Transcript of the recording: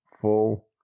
full